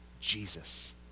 Jesus